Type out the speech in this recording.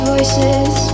Voices